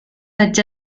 such